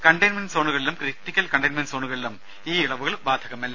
containment സോണുകളിലും critical containment സോണുകളിലും ഈ ഇളവുകൾ ബാധകമല്ല